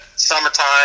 summertime